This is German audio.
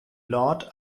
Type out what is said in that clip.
lord